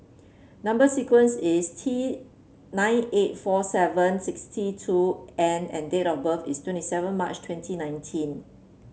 number sequence is T nine eight four seven sixty two N and date of birth is twenty seven March twenty nineteen